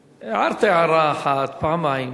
רבותי.